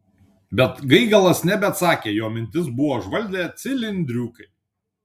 bet gaigalas nebeatsakė jo mintis buvo užvaldę cilindriukai